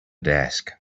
desk